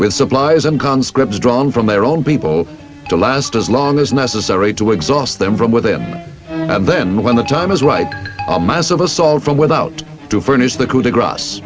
with supplies and conscripts drawn from their own people to last as long as necessary to exhaust them from within and then when the time is right massive assault from without to furnish the coup de gras